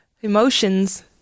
emotions